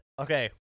Okay